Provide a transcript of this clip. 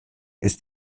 ist